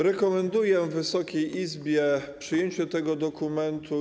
Rekomenduję Wysokiej Izbie przyjęcie tego dokumentu.